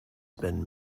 been